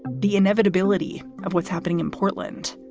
the inevitability of what's happening in portland,